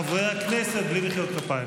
חברי הכנסת, בלי מחיאות כפיים.